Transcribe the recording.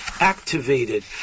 activated